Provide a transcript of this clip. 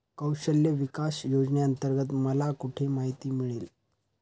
कौशल्य विकास योजनेअंतर्गत मला कुठे माहिती मिळेल?